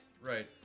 Right